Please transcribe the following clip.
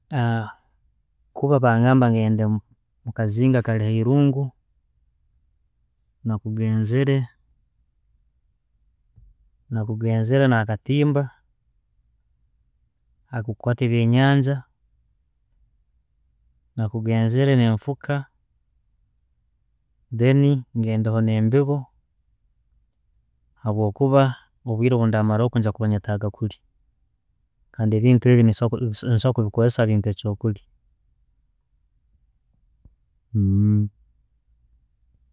Kuba bangamba ngende mukazinga kali airungo, nakugenzere nakugenzere na katimba okukwata ebyenyangya, nakugenzere nenfuka. Then ngendaho nembibo habwokuba obwire ndamara okwo njakuba nenetaga kulya kandi ebintu ebyo nenso nensobora kubikozesa bimpe ekyo'kulya.